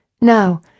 No